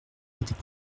était